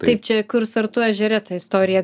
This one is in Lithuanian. taip čia kur sartų ežere ta istorija